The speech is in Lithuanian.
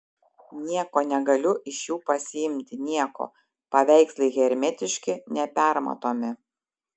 nieko negaliu iš jų pasiimti nieko paveikslai hermetiški nepermatomi